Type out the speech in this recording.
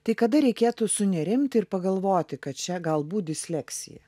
tai kada reikėtų sunerimti ir pagalvoti kad čia galbūt disleksija